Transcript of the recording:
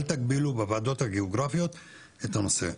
אל תגבילו בוועדות הגיאוגרפיות את הנושא.